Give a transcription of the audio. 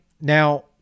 Now